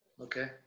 Okay